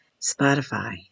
Spotify